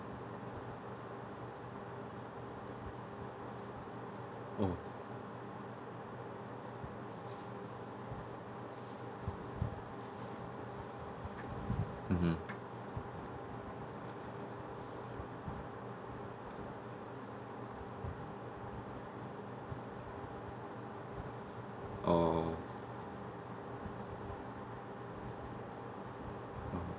oh mmhmm oh